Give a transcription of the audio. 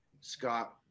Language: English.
Scott